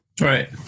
Right